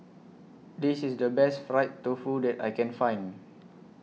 This IS The Best Fried Tofu that I Can Find